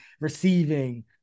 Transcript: receiving